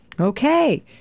Okay